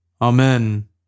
Amen